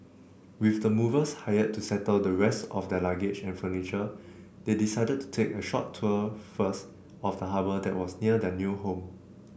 with the movers hired to settle the rest of their luggage and furniture they decided to take a short tour first of the harbour that was near their new home